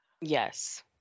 Yes